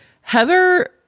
heather